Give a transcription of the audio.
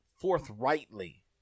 forthrightly